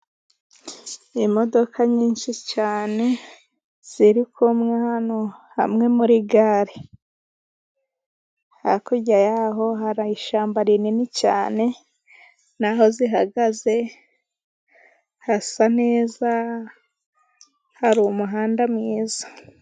Imodoka nyinshi cyane ziri kumwe hano hamwe muri gare. Hakurya yaho haba ishyamba rinini cyane, naho zihagaze hasa neza, hari umuhanda mwiza.